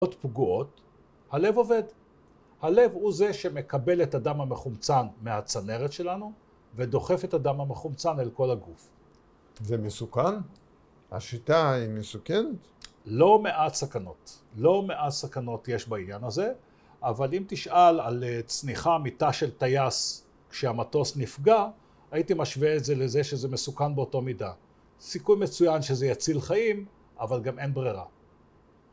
פוגעות. הלב עובד. הלב הוא זה שמקבל את הדם המחומצן מהצנרת שלנו ודוחף את הדם המחומצן אל כל הגוף. זה מסוכן? השיטה היא מסוכנת? לא מעט סכנות. לא מעט סכנות יש בעניין הזה. אבל אם תשאל על צניחה מתא של טייס כשהמטוס נפגע, הייתי משווה את זה לזה שזה מסוכן באותו מידה. סיכוי מצוין שזה יציל חיים, אבל גם אין ברירה.